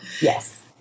yes